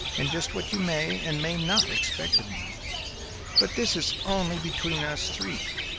and just what you may, and may not, expect of me but this is only between us three,